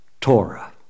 Torah